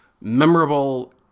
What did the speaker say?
memorable